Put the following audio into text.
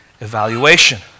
evaluation